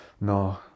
No